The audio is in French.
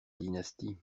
dynastie